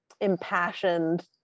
impassioned